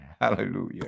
hallelujah